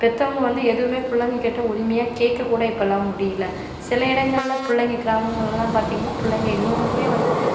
பெற்றவங்க வந்து எதுவும் பிள்ளைங்ககிட்ட உரிமையாக கேட்ககூட இப்பல்லாம் முடியலை சில இடங்களில் பிள்ளைங்க கிராமங்கள்லாம் பார்த்தீங்கன்னா பிள்ளைங்க இன்னுமும் வந்து